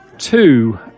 Two